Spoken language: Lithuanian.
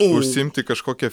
užsiimti kažkokia